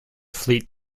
fleet